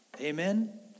Amen